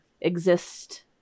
exist